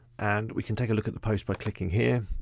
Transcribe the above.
and we can take a look at the post by clicking here,